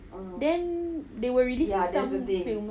then they were released some film